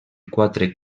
quatre